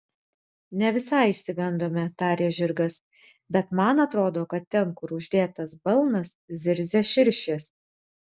ne visai išsigandome tarė žirgas bet man atrodo kad ten kur uždėtas balnas zirzia širšės